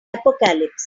apocalypse